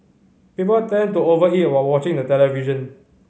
people tend to over eat while watching the television